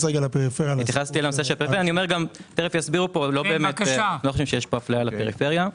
תכף יסבירו פה - לא חושב שיש פה אפליה לפריפריה.